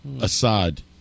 Assad